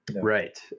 Right